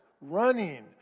running